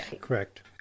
Correct